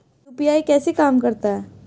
UPI कैसे काम करता है?